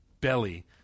belly